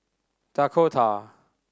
Dakota